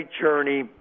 journey